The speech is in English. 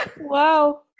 wow